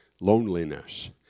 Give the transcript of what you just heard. loneliness